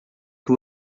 que